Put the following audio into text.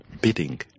bidding